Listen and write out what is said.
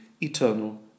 eternal